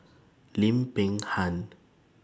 Lim Peng Han